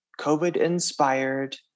COVID-inspired